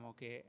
che